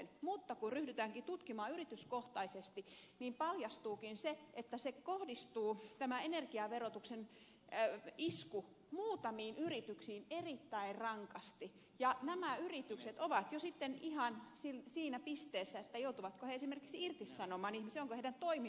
mutta kun ryhdytäänkin tutkimaan yrityskohtaisesti paljastuukin se että tämä energiaverotuksen isku kohdistuu muutamiin yrityksiin erittäin rankasti ja nämä yritykset ovat jo sitten ihan siinä pisteessä joutuvatko ne esimerkiksi irtisanomaan ihmisiä onko niiden toiminta edes mahdollista